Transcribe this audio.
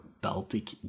baltic